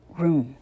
room